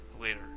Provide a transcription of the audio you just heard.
later